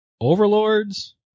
Overlords